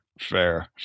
Fair